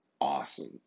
awesome